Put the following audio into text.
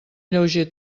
lleuger